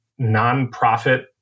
nonprofit